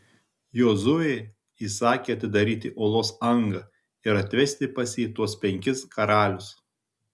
jozuė įsakė atidaryti olos angą ir atvesti pas jį tuos penkis karalius